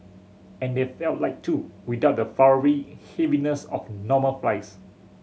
and they felt light too without the floury heaviness of normal fries